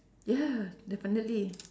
ya definitely